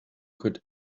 could